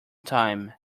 time